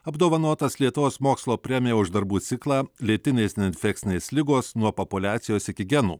apdovanotas lietuvos mokslo premiją už darbų ciklą lėtinės neinfekcinės ligos nuo populiacijos iki genų